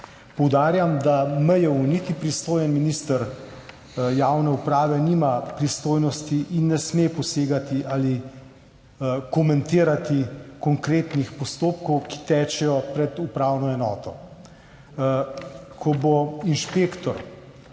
Poudarjam, da niti MJU niti pristojni minister za javno upravo nimata pristojnosti in ne smeta posegati ali komentirati konkretnih postopkov, ki tečejo pred upravno enoto. Ko bo inšpektor